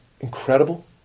incredible